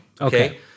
okay